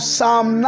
Psalm